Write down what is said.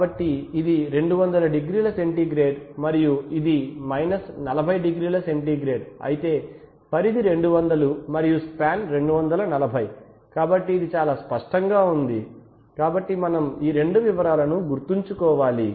కాబట్టి ఇది 200 డిగ్రీల సెంటీగ్రేడ్ మరియు ఇది 40 డిగ్రీ సెంటీగ్రేడ్ అయితే పరిధి 200 మరియు స్పాన్ 240 కాబట్టి ఇది చాలా స్పష్టంగా ఉంటుంది కాబట్టి మనం ఈ రెండు వివరాలను గుర్తుంచుకోవాలి